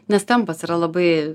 nes tempas yra labai